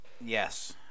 Yes